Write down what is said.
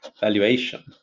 valuation